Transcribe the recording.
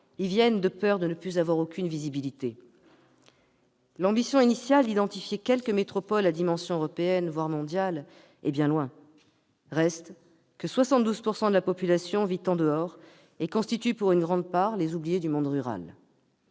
y viennent de peur de perdre toute visibilité. L'ambition initiale d'identifier quelques métropoles à dimension européenne, voire mondiale, est bien loin. Reste que 72 % de la population vit en dehors des métropoles ; pour une grande part, ces Français sont ceux